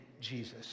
Jesus